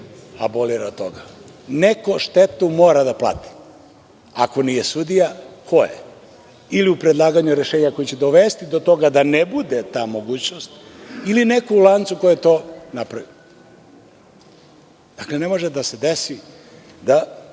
abolira od toga. Neko štetu mora da plati. Ako nije sudija, ko je? Ili u predlaganju rešenja koje će dovesti do toga da ne bude ta mogućnost, ili neko u lancu ko je to napravio. Dakle, ne može da se desi da